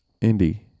Indy